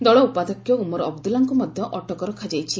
ଦଳର ଉପାଧ୍ୟକ୍ଷ ଉମର୍ ଅବଦୁଲ୍ଲାଙ୍କୁ ମଧ୍ୟ ଅଟକ ରଖାଯାଇଛି